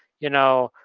you know,